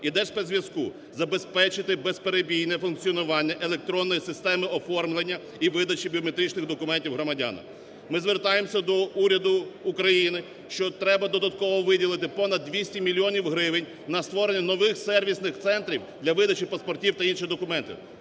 Держспецзв'язку забезпечити безперебійне функціонування електронної системи оформлення і видачі біометричних документів громадянам. Ми звертаємося до уряду України, що треба додатково виділити понад 200 мільйонів гривень на створення нових сервісних центрів для видачі паспортів та інших документів.